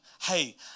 hey